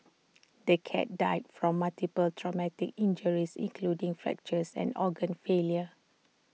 the cat died from multiple traumatic injuries including fractures and organ failure